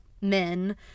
men